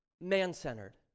man-centered